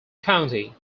county